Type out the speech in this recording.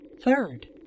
Third